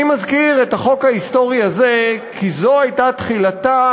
אני מזכיר את החוק ההיסטורי הזה כי זו הייתה תחילתה